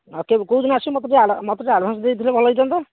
ଆଉ କେ କୋଉ ଦିନ ଆସିବ ମୋତେ ଟିକେ ମୋତେ ଟିକେ ଆଡ଼ଭାନ୍ସ ଦେଇ ଦେଇଥିଲେ ଭଲ ହେଇଥାନ୍ତା